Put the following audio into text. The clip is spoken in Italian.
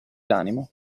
l’animo